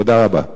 תודה רבה.